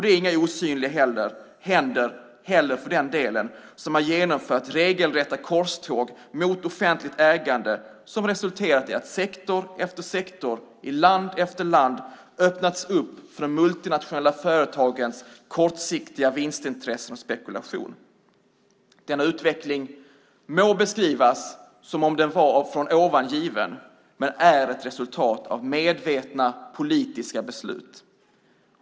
Det är inte heller några osynliga händer för den delen som har genomfört regelrätta korståg mot offentligt ägande som har resulterat i att sektor efter sektor i land efter land öppnats upp för de multinationella företagens kortsiktiga vinstintressen och spekulation. Denna utveckling må beskrivas som om den var från ovan given men är ett resultat av medvetna politiska beslut.